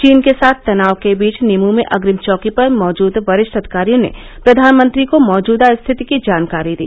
चीन के साथ तनाव के बीच निमू में अग्रिम चौकी पर मैजूद वरिष्ठ अधिकारियों ने प्रधानमंत्री को मौजूदा स्थिति की जानकारी दी